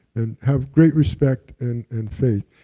and have great respect and and faith.